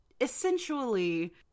essentially